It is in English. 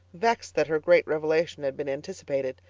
vexed that her great revelation had been anticipated.